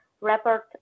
report